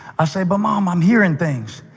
ah say, but, mom, i'm hearing things.